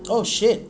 oh shit